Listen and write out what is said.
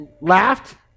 laughed